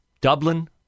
Dublin